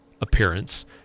appearance